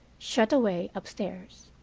shut away upstairs.